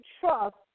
trust